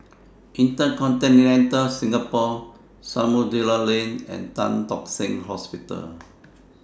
InterContinental Singapore Samudera Lane and Tan Tock Seng Hospital